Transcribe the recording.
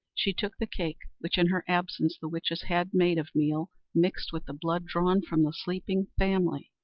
she took the cake which in her absence the witches had made of meal mixed with the blood drawn from the sleeping family,